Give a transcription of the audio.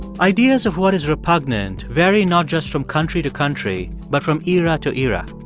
ideas of what is repugnant vary not just from country to country but from era to era.